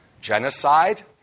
genocide